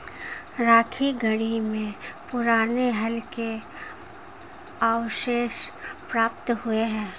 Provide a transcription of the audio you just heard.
राखीगढ़ी में पुराने हल के अवशेष प्राप्त हुए हैं